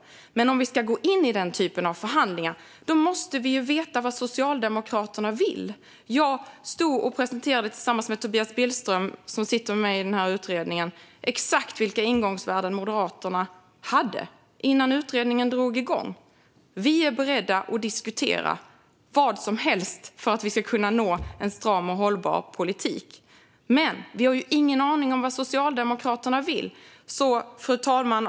Om vi ska gå in i den typen av förhandlingar måste vi dock veta vad Socialdemokraterna vill. Tillsammans med Tobias Billström, som sitter med mig i utredningen, presenterade jag exakt vilka ingångsvärden Moderaterna hade innan utredningen drog igång. Vi är beredda att diskutera vad som helst för att vi ska kunna nå en stram och hållbar politik. Men vi har ingen aning om vad Socialdemokraterna vill, fru talman.